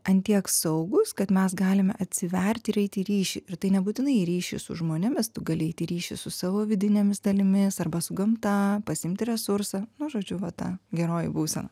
ant tiek saugūs kad mes galime atsiverti ir eiti į ryšį ir tai nebūtinai į ryšį su žmonėmis tu gali eit į ryšį su savo vidinėmis dalimis arba su gamta pasiimti resursą nu žodžiu va ta geroji būsena